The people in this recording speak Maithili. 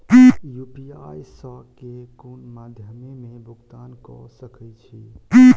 यु.पी.आई सऽ केँ कुन मध्यमे मे भुगतान कऽ सकय छी?